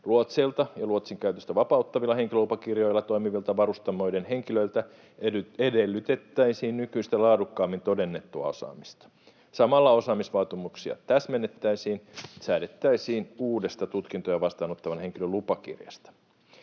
Luotseilta ja luotsin käytöstä vapauttavilla henkilupakirjoilla toimivilta varustamoiden henkilöiltä edellytettäisiin nykyistä laadukkaammin todennettua osaamista. Samalla osaamisvaatimuksia täsmennettäisiin, säädettäisiin uudesta tutkintoja vastaanottavan henkilön lupakirjasta.